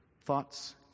thoughts